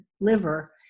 liver